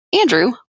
Andrew